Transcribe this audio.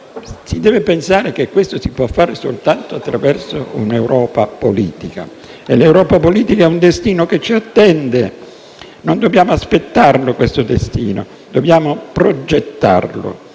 si deve pensare che ciò si può fare soltanto attraverso un'Europa politica. E l'Europa politica è un destino che ci attende; non dobbiamo aspettarlo, questo destino, dobbiamo progettarlo.